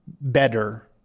better